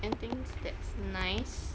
anything that's nice